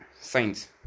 science